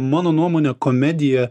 mano nuomone komedija